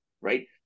right